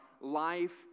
life